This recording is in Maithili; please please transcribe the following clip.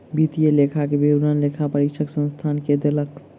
वित्तीय लेखा के विवरण लेखा परीक्षक संस्थान के देलक